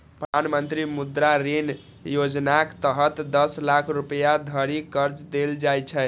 प्रधानमंत्री मुद्रा ऋण योजनाक तहत दस लाख रुपैया धरि कर्ज देल जाइ छै